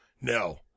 no